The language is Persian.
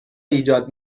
ایجاد